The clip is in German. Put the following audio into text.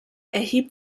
erhebt